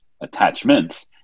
attachments